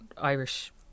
Irish